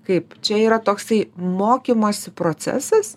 kaip čia yra toksai mokymosi procesas